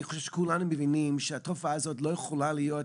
אני חושב שכולנו מבינים שהתופעה הזו לא יכולה להיות